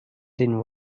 den